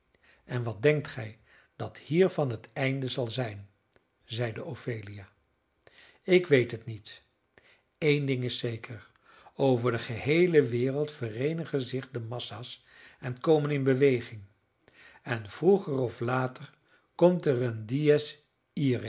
en wat denkt gij dat hiervan het einde zal zijn zeide ophelia ik weet het niet eén ding is zeker over de geheele wereld vereenigen zich de massa's en komen in beweging en vroeger of later komt er een dies